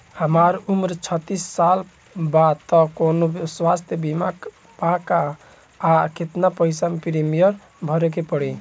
हमार उम्र छत्तिस साल बा त कौनों स्वास्थ्य बीमा बा का आ केतना पईसा प्रीमियम भरे के पड़ी?